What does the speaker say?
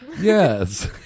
Yes